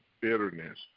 bitterness